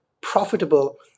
profitable